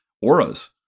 Auras